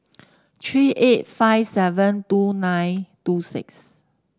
three eight five seven two nine two six